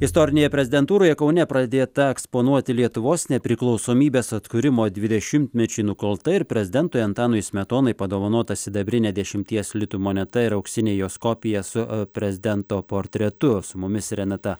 istorinėje prezidentūroje kaune pradėta eksponuoti lietuvos nepriklausomybės atkūrimo dvidešimtmečiui nukalta ir prezidentui antanui smetonai padovanota sidabrinė dešimties litų moneta ir auksinė jos kopija su prezidento portretu su mumis renata